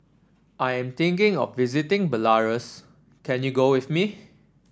I am thinking of visiting Belarus can you go with me